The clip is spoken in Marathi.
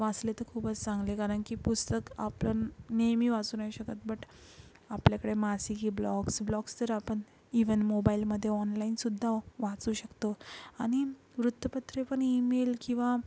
वाचले तर खूपच चांगले कारण की पुस्तक आपण नेहमी वाचू नाही शकत बट आपल्याकळे मासिके ब्लॉक्स ब्लॉक्स तर आपण इव्हन मोबाईलमध्ये ऑनलाईनसुद्धा वाचू शकतो आणि वृत्तपत्रे पण ईमेल किंवा